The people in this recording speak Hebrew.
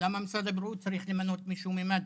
למה משרד הבריאות צריך למנות מישהו ממד"א?